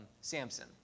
Samson